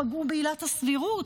כשפגעו בעילת הסבירות.